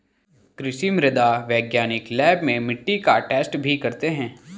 कृषि मृदा वैज्ञानिक लैब में मिट्टी का टैस्ट भी करते हैं